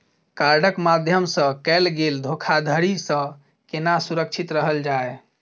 कार्डक माध्यम सँ कैल गेल धोखाधड़ी सँ केना सुरक्षित रहल जाए?